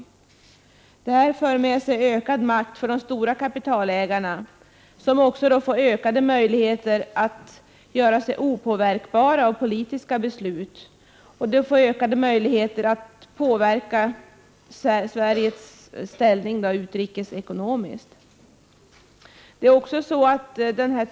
Transnationaliseringen för med sig ökad makt för de stora kapitalägarna, som också får ökade möjligheter att göra sig opåverkbara av politiska beslut och får ökade möjligheter att påverka Sveriges utrikesekonomiska ställning.